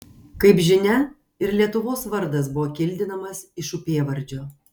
kaip žinia ir lietuvos vardas buvo kildinamas iš upėvardžio